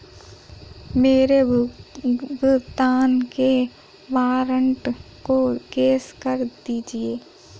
मेरे भुगतान के वारंट को कैश कर दीजिए